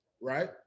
right